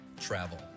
travel